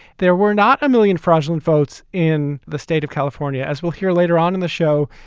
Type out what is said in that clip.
there were not a million fraudulent votes in the state of california, as we'll hear later on in the show.